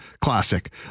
Classic